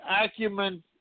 acumen